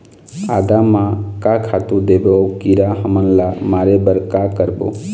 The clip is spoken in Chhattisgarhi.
आदा म का खातू देबो अऊ कीरा हमन ला मारे बर का करबो?